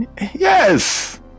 Yes